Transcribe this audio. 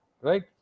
Right